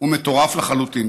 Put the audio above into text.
ומטורף לחלוטין.